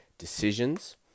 decisions